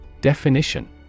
Definition